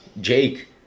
Jake